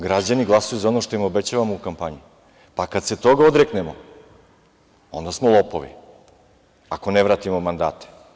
Građani glasaju za ono što im obećavamo u kampanji, pa kada se toga odreknemo, onda smo lopovi ako ne vratimo mandate.